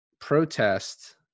protest